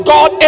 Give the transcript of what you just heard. God